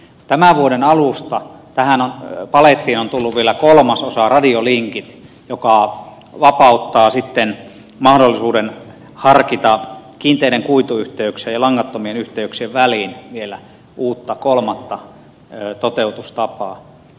tämän vuoden alusta tähän palettiin on tullut vielä kolmas osa radiolinkit joka vapauttaa mahdollisuuden harkita kiinteiden kuituyhteyksien ja langattomien yhteyksien väliin vielä uutta kolmatta toteutustapaa